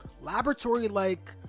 laboratory-like